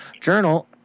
Journal